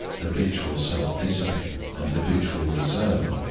habitual self-discipline, and habitual reserve,